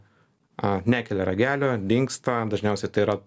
a nekelia ragelio dingsta dažniausiai tai yra